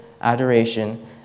adoration